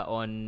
on